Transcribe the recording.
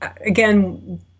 Again